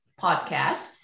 Podcast